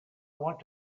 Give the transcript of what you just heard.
want